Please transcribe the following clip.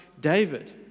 David